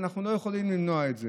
ואנחנו לא יכולים למנוע את זה.